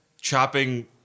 chopping